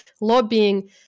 lobbying